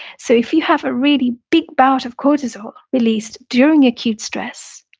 so if you have a really big bout of cortisol released during acute stress,